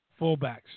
fullbacks